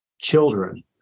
children